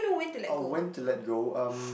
oh when to let go um